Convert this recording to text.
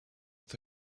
with